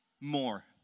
more